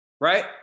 right